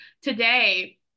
Today